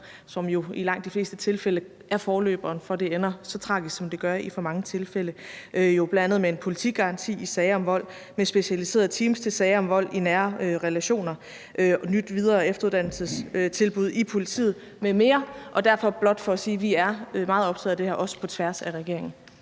som jo i langt de fleste tilfælde er forløberen for, at det ender så tragisk, som det gør i for mange tilfælde – bl.a. med en politigaranti i sager om vold, med specialiserede teams til sager om vold i nære relationer, et nyt videre- og efteruddannelsestilbud i politiet m.m. Det er blot for at sige, at vi er meget optaget af det her, også på tværs af regeringen.